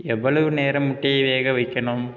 எவ்வளவு நேரம் முட்டையை வேக வைக்கணும்